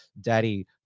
daddy